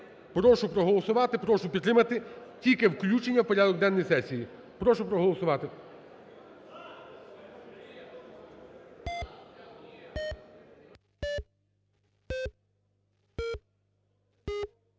Прошу проголосувати, прошу підтримати, тільки включення в порядок денний сесії, прошу проголосувати.